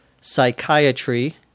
psychiatry